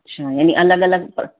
अच्छा यानी अलॻि अलॻि